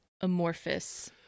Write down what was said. amorphous